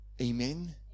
amen